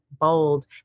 bold